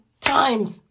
times